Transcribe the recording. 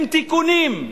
עם תיקונים,